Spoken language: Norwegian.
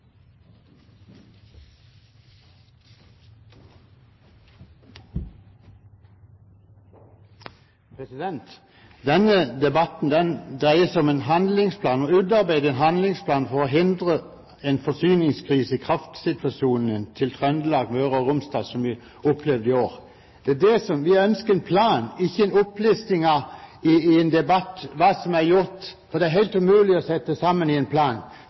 kuttene. Denne debatten dreier seg om å utarbeide en handlingsplan for å hindre en slik forsyningskrise i kraftforsyningen til Trøndelag og Møre og Romsdal som den vi har opplevd i år. Vi ønsker en plan, ikke en opplisting i en debatt om hva som er gjort – for det er det helt umulig å sette sammen i en plan.